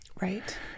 Right